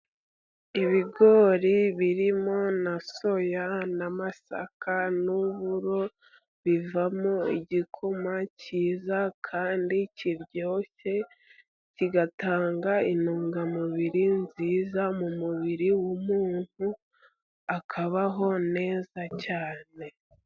Ibigori birimo na soya n'amasaka n'uburo, bivamo igikoma cyiza kandi kiryoshye, kigatanga intungamubiri nziza mu mubiri w'umuntu, akabaho neza cyane.